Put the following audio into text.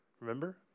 remember